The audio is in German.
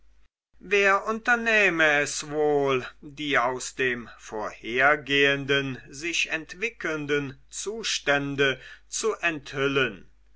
wer unternähme es wohl die aus dem vorhergehenden sich entwickelnden zustände zu enthüllen